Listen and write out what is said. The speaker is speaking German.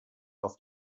auf